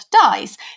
dies